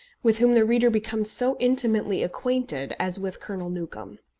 with whom the reader becomes so intimately acquainted as with colonel newcombe.